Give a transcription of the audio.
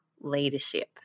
leadership